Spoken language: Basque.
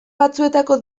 batzuetako